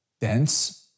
dense